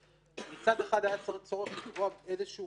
שאם הם פספסו תשלום או שניים בגלל מקרה אישי,